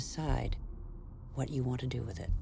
decide what you want to do with it